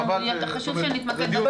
חשוב שנתמקד בצו שלנו.